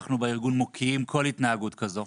אנחנו, בארגון, מוקיעים כל התנהגות כזו.